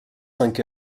cinq